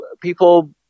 people